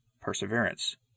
Perseverance